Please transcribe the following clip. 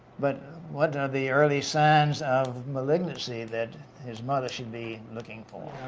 but one of the early signs of malignancy that his mother should be looking for.